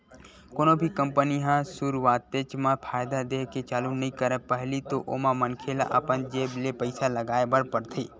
कोनो भी कंपनी ह सुरुवातेच म फायदा देय के चालू नइ करय पहिली तो ओमा मनखे ल अपन जेब ले पइसा लगाय बर परथे